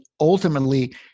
ultimately